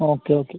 okay okay